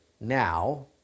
Now